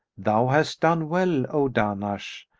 thou hast done well, o dahnash!